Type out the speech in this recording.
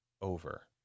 over